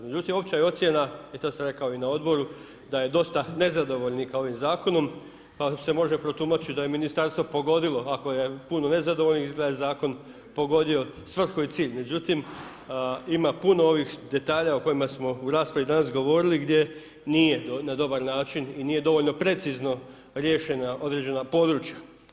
Međutim, opća je ocjena i to sam rekao i na odboru, da je dosta nezadovoljnika ovim zakonom pa se može protumačiti da je ministarstvo pogodilo, ako je puno nezadovoljnih, izgleda da je zakon pogodio svrhu i cilj, međutim, ima puno ovih detalja o kojima smo u raspravi danas govorili gdje nije na dobar način i nije dovoljno precizno riješena određena područja.